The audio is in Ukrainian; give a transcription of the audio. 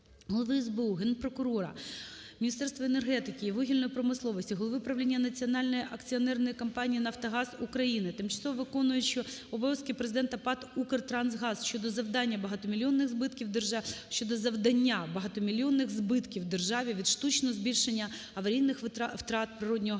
Голови СБУ, Генпрокурора, Міністерства енергетики та вугільної промисловості, голови правління Національної акціонерної компанії "Нафтогаз України", тимчасово виконуючого обов'язки президента ПАТ "Укртрансгаз" щодо завдання багатомільйонних збитків державі від штучного збільшення аварійних втрат природного газу